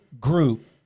group